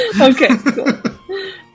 Okay